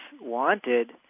wanted